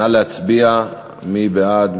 נא להצביע, מי בעד?